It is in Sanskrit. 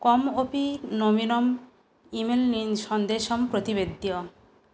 कम् अपि नवीनम् इमेल् नीन् सन्देशं प्रतिवेदय